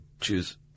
choose